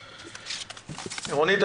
רונית,